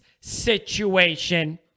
situation